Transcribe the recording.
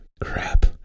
Crap